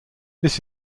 this